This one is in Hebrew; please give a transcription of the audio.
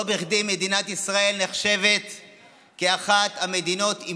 לא בכדי מדינת ישראל נחשבת כאחת המדינות עם